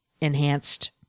enhanced